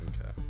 Okay